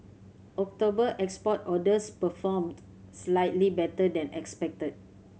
October export orders performed slightly better than expected